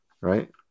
right